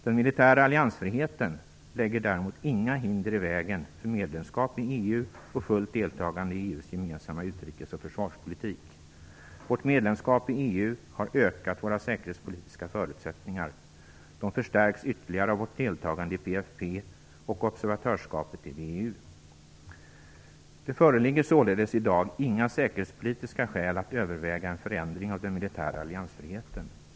Den militära alliansfriheten lägger däremot inga hinder i vägen för medlemskap i EU och fullt deltagande i EU:s gemensamma utrikesoch försvarspolitik. Vårt medlemskap i EU har ökat våra säkerhetspolitiska förutsättningar. De förstärks ytterligare av vårt deltagande i PFF och observatörsskapet i VEU. Det föreligger således i dag inga säkerhetspolitiska skäl att överväga en förändring av den militära alliansfriheten.